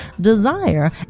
desire